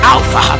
Alpha